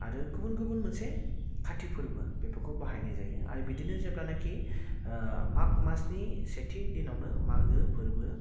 आरो गुबुन गुबुन मोनसे काति फोरबो बेफोरखौ बाहायनाय जायो आरो बिदिनो जेब्लानाखि माघ मासनि सेथि दिनावनो मागो फोरबो